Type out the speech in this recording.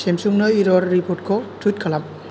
Samsung नो error report खौ टुइट खालाम